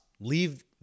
Leave